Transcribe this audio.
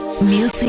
Music